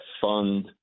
fund